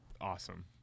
awesome